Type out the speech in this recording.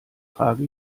trage